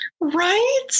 Right